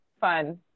fun